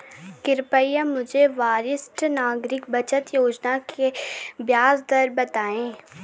कृपया मुझे वरिष्ठ नागरिक बचत योजना की ब्याज दर बताएँ